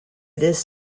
this